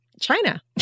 China